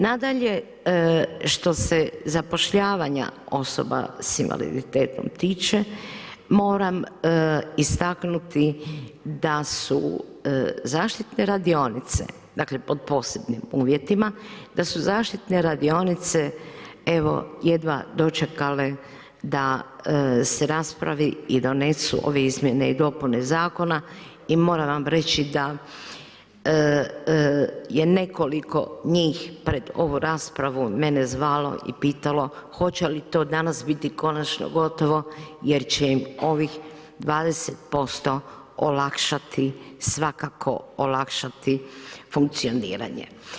Nadalje, što se zapošljavanja osoba s invaliditetom tiče, moram istaknuti, da su zaštitne radionice, dakle, pod posebnim uvjetima, da su zaštitne radionice, evo jedva dočekale, da se raspravi i donesu ove izmjene i dopune zakone i moram vam reći da je nekoliko njih pred ovu raspravu mene zvalo i pitalo hoće li to danas biti konačno gotovo, jer će im ovih 20% olakšati svakako, olakšati funkcioniranje.